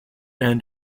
end